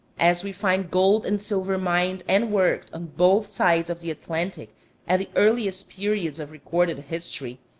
as we find gold and silver mined and worked on both sides of the atlantic at the earliest periods of recorded history,